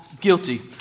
guilty